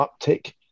uptick